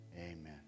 Amen